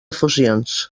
fusions